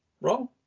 wrong